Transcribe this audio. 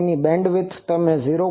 તેની બેન્ડવિડ્થ તમે 0